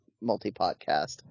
multi-podcast